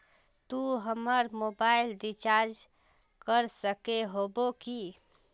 तू हमर mobile recharge कर सके होबे की?